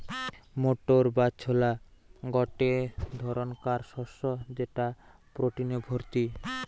motor বা ছোলা গটে ধরণকার শস্য যেটা প্রটিনে ভর্তি